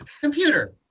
Computer